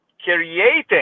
creating